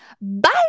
Bye